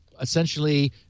essentially